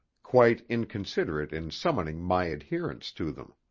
quite inconsiderate in summoning my adherence to them.